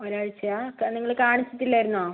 ഒരാഴ്ച്ചയാണോ ക നിങ്ങൾ കാണിച്ചിട്ടില്ലായിരുന്നോ